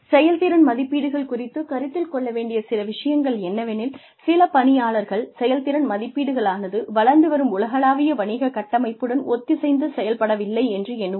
செயல்திறன் மதிப்பீடுகள் குறித்து கருத்தில் கொள்ள வேண்டிய சில விஷயங்கள் என்னவெனில் சில பணியாளர்கள் செயல்திறன் மதிப்பீடுகளானது வளர்ந்து வரும் உலகளாவிய வணிக கட்டமைப்புடன் ஒத்திசைந்து செயல்படவில்லை என்று எண்ணுவார்கள்